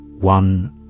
One